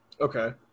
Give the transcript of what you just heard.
Okay